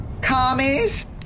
Commies